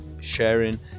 sharing